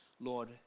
Lord